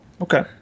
Okay